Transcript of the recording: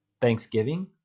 thanksgiving